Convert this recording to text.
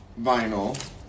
vinyl